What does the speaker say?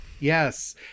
yes